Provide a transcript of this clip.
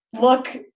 look